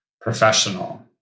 professional